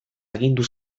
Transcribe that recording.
agindu